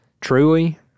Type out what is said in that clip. Truly